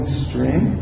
stream